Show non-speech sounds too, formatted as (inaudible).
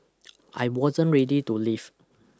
(noise) I wasn't ready to leave